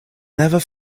never